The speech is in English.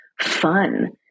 fun